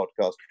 podcast